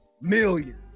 Million